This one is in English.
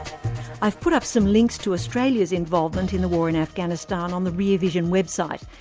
i've put up some links to australia's involvement in the war in afghanistan on the rear vision website,